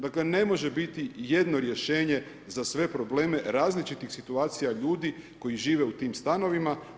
Dakle, ne može biti jedno rješenje za sve probleme različitih situacija ljudi koji žive u tim stanovima.